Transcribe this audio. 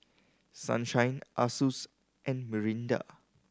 Sunshine Asus and Mirinda